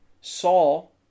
Saul